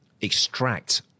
extract